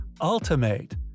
Ultimate